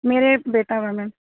ਮੇਰੇ ਬੇਟਾ ਵਾ ਮੈਮ